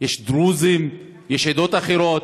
יש דרוזים, יש עדות אחרות,